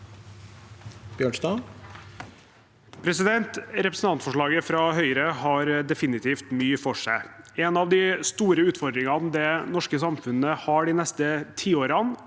Representantfor- slaget fra Høyre har definitivt mye for seg. En av de store utfordringene det norske samfunnet har de neste tiårene,